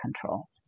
control